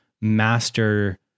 master